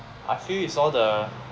I feel it's all the